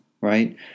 right